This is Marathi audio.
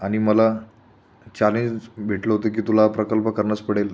आणि मला चालेंज भेटलं होतं की तुला प्रकल्प करणंच पडेल